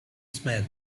smell